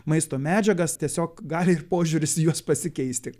maisto medžiagas tiesiog gali ir požiūris į juos pasikeisti